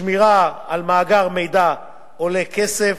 שמירה על מאגר מידע עולה כסף,